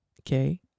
Okay